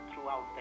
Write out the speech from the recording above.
throughout